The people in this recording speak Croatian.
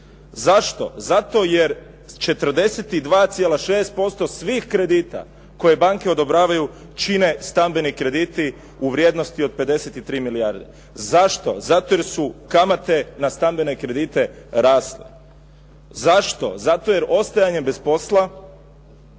Zašto? Zato jer 42,6% svih kredita koje banke odobravaju čine stambeni krediti u vrijednosti od 53 milijarde. Zašto? Zato jer su kamate na stambene kredite rasle. Zašto? Zato jer ostajanje bez posla